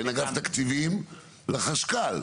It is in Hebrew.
בין אגף תקציבים לחשכ"ל.